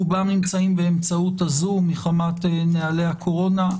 רובם נמצאים באמצעות הזום מחמת נהלי הקורונה.